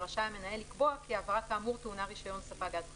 ורשאי המנהל לקבוע כי העברה כאמור טעונה רישיון ספק גז חדש.